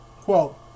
Quote